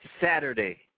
Saturday